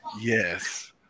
Yes